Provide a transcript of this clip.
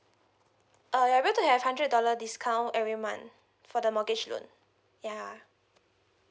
uh you're able to have hundred dollar discount every month for the mortgage loan ya